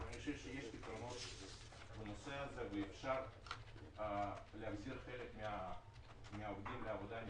יש פתרונות בנושא הזה ואפשר להחזיר חלק מהעובדים לעבודה.